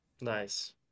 Nice